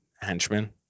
henchmen